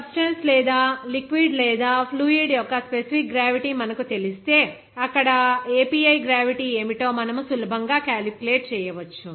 substance లేదా liquid లేదా fluid యొక్క స్పెసిఫిక్ గ్రావిటీ మనకు తెలిస్తే అక్కడ API గ్రావిటీ ఏమిటో మనము సులభంగా క్యాలిక్యులేట్ చేయవచ్చు